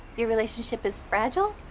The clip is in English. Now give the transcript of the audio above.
your relationship is fragile?